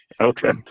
Okay